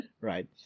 Right